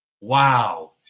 Wow